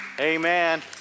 amen